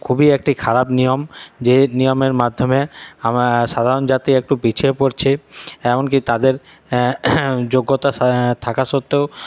খুবই একটি খারাপ নিয়ম যে নিয়মের মাধ্যমে আমা সাধারণ জাতি একটু পিছিয়ে পড়ছে এমনকি তাদের যোগ্যতা থাকা সত্ত্বেও তারা